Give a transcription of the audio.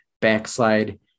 backslide